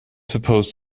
supposed